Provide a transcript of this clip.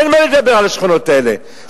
אין מה לדבר על השכונות האלה,